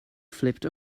flipped